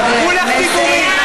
כולך דיבורים.